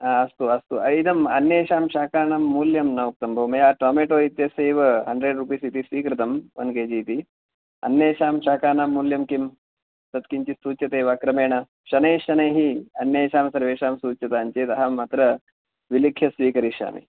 हा अस्तु अस्तु ऐदम् अन्येषां शाकानां मूल्यं न उक्तं भोः मया टोमेटो इत्यस्य एव हन्ड्रेड् रुपीस् इति स्वीकृतं ओन् केजि इति अन्येषां शाकानां मूल्यं किं तत् किञ्चित् सूच्यते वा क्रमेण शनैश्शनैः अन्येषां सर्वेषां सूच्यतां चेत् अहम् अत्र विलिख्य स्वीकरिष्यामि